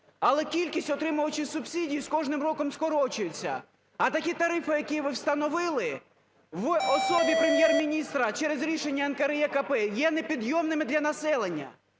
але кількість отримувачів субсидій з кожним роком скорочується. А такі тарифи, які ви встановили в особі Прем'єр-міністра через рішення НКРЕКП, є непідйомними для населення.